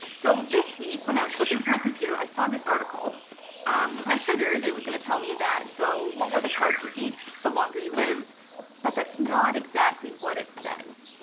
so this week when i was flipping through my computer i saw this article and i figured it was gonna tell me that the lower the carbs you eat the longer you live but that's not exactly what it says.